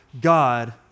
God